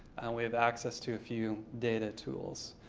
we have access to a few data tools.